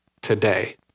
today